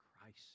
Christ